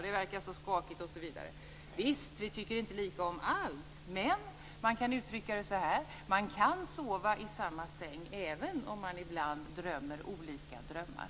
Det verkar så skakigt osv. Visst, vi tycker inte lika om allt. Men man kan uttrycka det så här: Man kan sova i samma säng, även om man ibland drömmer olika drömmar.